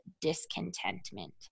discontentment